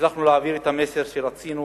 הצלחנו להעביר את המסר שרצינו